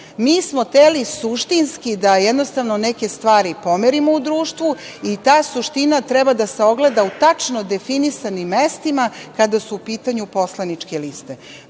mi smo hteli suštinski da jednostavno neke stvari pomerimo u društvu i ta suština treba da se ogleda u tačno definisanim mestima kada su u pitanju poslaničke liste. Moram